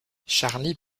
charlie